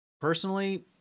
personally